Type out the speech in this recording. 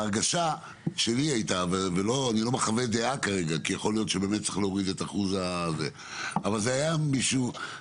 ההרגשה שלי הייתה ואני לא מחווה דעה כרגע שזה היה נראה